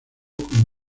con